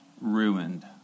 ruined